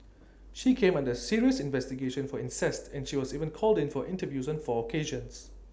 she came under serious investigation for incest and she was even called in for interviews in four occasions